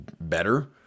better